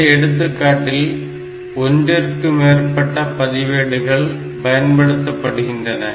இந்த எடுத்துக்காட்டில் ஒன்றிற்கும் மேற்பட்ட பதிவேடுகள் பயன்படுத்தப்படுகின்றன